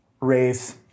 race